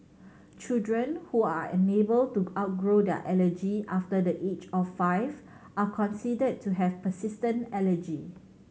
children who are unable to outgrow their allergy after the age of five are considered to have persistent allergy